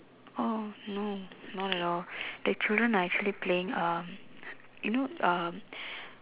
oh no not at all the children are actually playing uh you know um